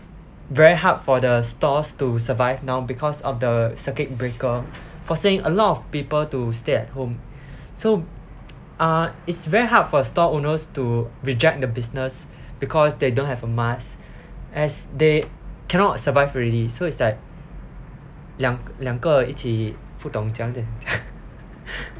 very hard for the stores to survive now because of the circuit breaker forcing a lot of people to stay at home so uh it's very hard for store owners to reject the business because they don't have a mask as they cannot survive already so it's like 两两个一起不懂怎么样讲